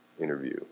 interview